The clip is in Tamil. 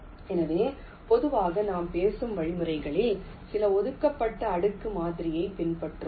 எனவே பொதுவாக நாம் பேசும் வழிமுறைகளில் சில ஒதுக்கப்பட்ட அடுக்கு மாதிரியைப் பின்பற்றும்